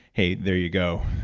hey, there you go,